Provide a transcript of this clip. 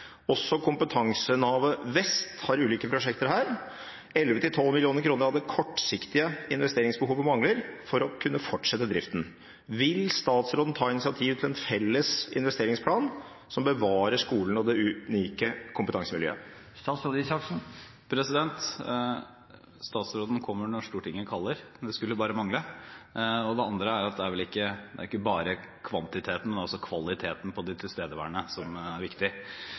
Også Kompetansenavet Vest har unike prosjekter her. 11–12 mill. kr av det kortsiktige investeringsbehovet mangler nå for å kunne fortsette driften. Vil statsråden ta initiativ til en felles investeringsplan som bevarer skolen og det unike kompetansemiljøet?» Statsråden kommer når Stortinget kaller – det skulle bare mangle. For det andre er det vel ikke bare kvantiteten, men også kvaliteten på de tilstedeværende som er viktig.